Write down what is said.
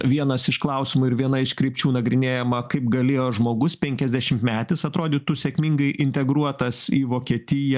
vienas iš klausimų ir viena iš krypčių nagrinėjama kaip galėjo žmogus penkiasdešimtmetis atrodytų sėkmingai integruotas į vokietiją